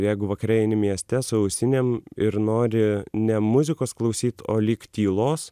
jeigu vakare eini mieste su ausinėm ir nori ne muzikos klausyt o lyg tylos